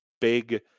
big